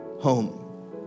home